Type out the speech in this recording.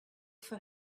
for